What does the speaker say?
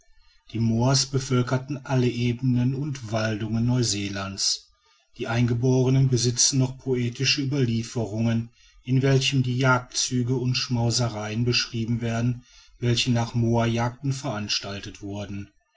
die moas bevölkerten alle ebenen und waldungen neuseelands die eingeborenen besitzen noch poetische ueberlieferungen in welchem die jagdzüge und schmausereien beschrieben werden welche nach moajagden veranstaltet wurden